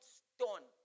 stone